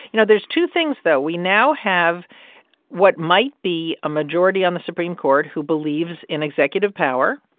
you know, there's two things, though. we now have what might be a majority on the supreme court who believes in executive power.